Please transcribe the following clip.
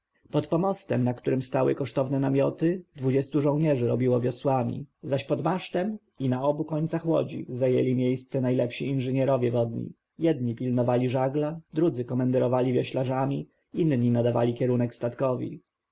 pod pomostem na którym stały kosztowne namioty dwudziestu żołnierzy robiło wiosłami zaś pod masztem i na obu końcach łodzi zajęli miejsca najlepsi inżynierowie wodni jedni pilnowali żagla drudzy komenderowali wioślarzami inni nadawali kierunek statkowi